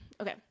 okay